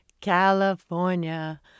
California